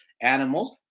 Animals